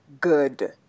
good